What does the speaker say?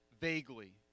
vaguely